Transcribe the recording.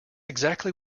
exactly